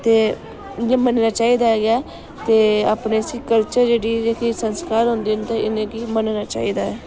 ते इयां मनन्ना चाहिदा गै ऐ ते अपने इस कल्चर गी जेह्ड़े संस्कार होंदे न ते इ'नेंगी मनन्ना चाहिदा ऐ